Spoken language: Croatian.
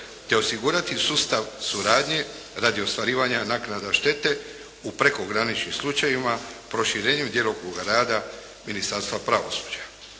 te osigurati sustav suradnje radi ostvarivanja naknada štete u prekograničnim slučajevima, proširenju djelokruga rada Ministarstva pravosuđa.